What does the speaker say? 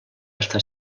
està